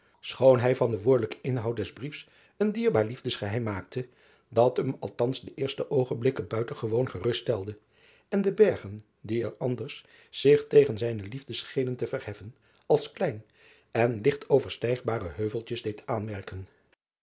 bij van den woordelijken inhoud des briefs een dierbaar liefdesgeheim maakte dat hem althans de eerste oogenblikken buitengewoon gerust stelde en de bergen die er anders zich tegen zijne liefde schenen te verheffen als klein en ligt overstijgbare heuveltjes deed aanmerken